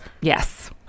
Yes